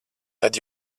tad